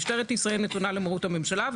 משטרת ישראל נתונה למרות הממשלה,